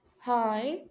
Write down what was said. Hi